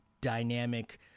dynamic